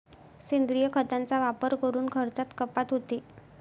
सेंद्रिय खतांचा वापर करून खर्चात कपात होते